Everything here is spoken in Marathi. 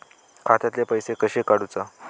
खात्यातले पैसे कशे काडूचा?